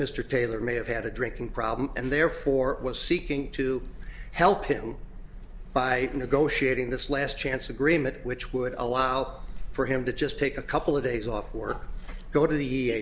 mr taylor may have had a drinking problem and therefore was seeking to help him by negotiating this last chance agreement which would allow for him to just take a couple of days off or go to the